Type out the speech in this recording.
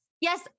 Yes